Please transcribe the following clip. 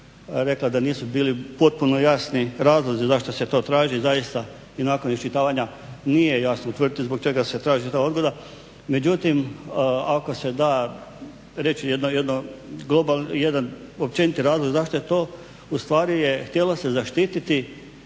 rekla da nisu bili potpuno jasni razlozi zašto se to traži zaista i nakon iščitavanja nije jasno utvrditi zbog čega se traži ta odgoda. Međutim, ako se da reći jedan općeniti razlog zašto je to ustvari htjelo se zaštititi